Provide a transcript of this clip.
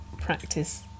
practice